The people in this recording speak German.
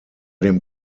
dem